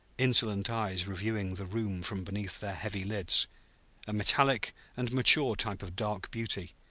insolent eyes reviewing the room from beneath their heavy lids a metallic and mature type of dark beauty,